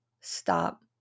stop